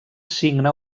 signa